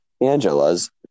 Angela's